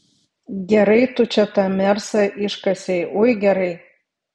gerai tu čia tą mersą iškasei ui gerai